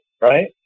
right